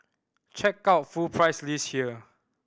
check out full price list here